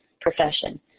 profession